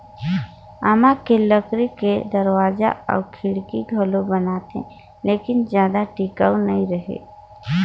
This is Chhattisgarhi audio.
आमा के लकरी के दरवाजा अउ खिड़की घलो बनथे लेकिन जादा टिकऊ नइ रहें